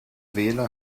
wähler